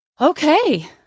Okay